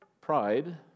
Pride